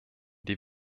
die